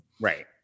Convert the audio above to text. Right